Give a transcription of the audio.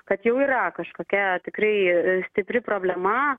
kad jau yra kažkokia tikrai stipri problema